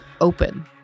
open